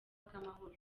bw’amahoro